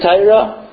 Tyra